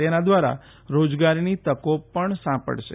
તેના દ્વારા રોજગારીની તકો પણ સાપડશે